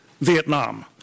Vietnam